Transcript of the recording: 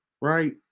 right